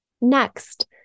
Next